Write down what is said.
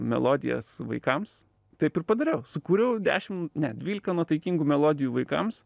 melodijas vaikams taip ir padariau sukūriau dešim ne dvylika nuotaikingų melodijų vaikams